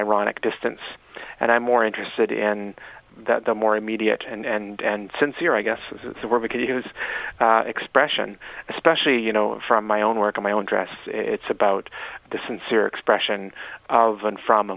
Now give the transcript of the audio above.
ironic distance and i'm more interested in that the more immediate and sincere i guess is where we could use expression especially you know from my own work and my own dress it's about the sincere expression of and from